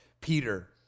Peter